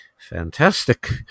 Fantastic